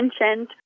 mentioned